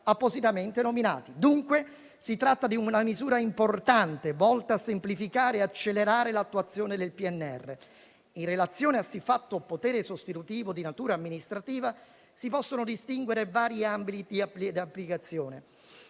appositamente nominati. Dunque, si tratta di una misura importante, volta a semplificare e accelerare l'attuazione del PNRR. In relazione a siffatto potere sostitutivo di natura amministrativa, si possono distinguere vari ambiti di applicazione,